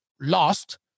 lost